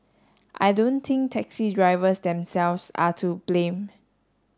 I don't think taxi drivers themselves are to blame